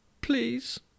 Please